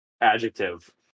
Adjective